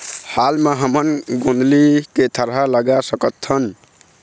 हाल मा हमन गोंदली के थरहा लगा सकतहन?